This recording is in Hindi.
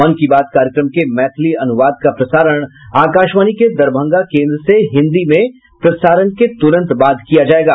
मन की बात कार्यक्रम के मैथिली अनुवाद का प्रसारण आकाशवाणी के दरभंगा केन्द्र से हिन्दी में प्रसारण के तुरंत बाद किया जायेगा